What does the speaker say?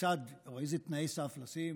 כיצד או איזה תנאי סף לשים.